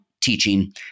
teaching